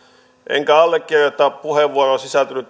enkä allekirjoita puheenvuoroon sisältynyttä väitettä